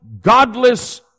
godless